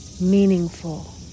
Meaningful